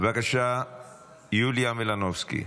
יוליה מלינובסקי,